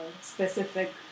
specific